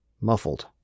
muffled